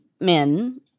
men